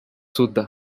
soudan